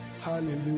Hallelujah